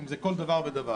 אם זה כל דבר ודבר.